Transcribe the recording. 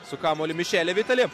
su kamuoliu mišeli vitali